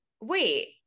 Wait